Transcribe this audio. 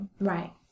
Right